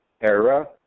era